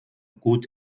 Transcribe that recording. gut